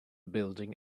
building